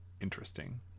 interesting